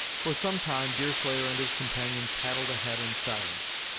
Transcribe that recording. for some time deerslayer and his companion paddled ahead in silence.